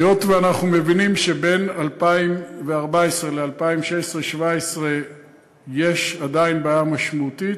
היות שאנחנו מבינים שבין 2014 ל-2017-2016 יש עדיין בעיה משמעותית,